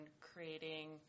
creating